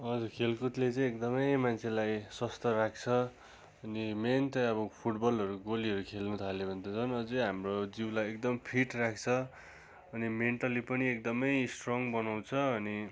हजुर खेलकुदले चाहिँ एकदमै मान्छेलाई स्वस्थ राख्छ अनि मेन चाहिँ अब फुटबलहरू गोलीहरू खेल्नुथाल्यो भने त झन् अझै हाम्रो जिउलाई एकदम फिट राख्छ अनि मेन्टली पनि एकदमै स्ट्रङ बनाउँछ अनि